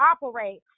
operate